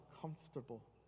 comfortable